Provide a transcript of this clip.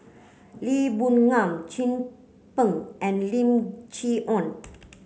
Lee Boon Ngan Chin Peng and Lim Chee Onn